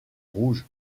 rouge